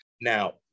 Now